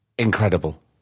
Incredible